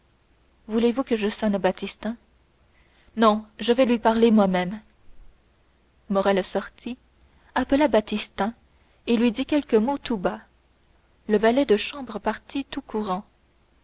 voulez-vous que je sonne baptistin non je vais lui parler moi-même morrel sortit appela baptistin et lui dit quelques mots tout bas le valet de chambre partit tout courant